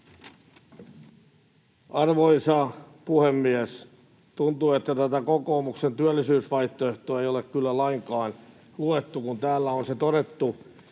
Arvoisa puhemies! Tuntuu, että tätä kokoomuksen työllisyysvaihtoehtoa ei ole kyllä lainkaan luettu, kun täällä on todettu,